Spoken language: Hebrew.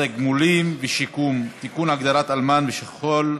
(תגמולים ושיקום) (תיקון, הגדרת אלמן ושכול),